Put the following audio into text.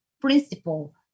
principle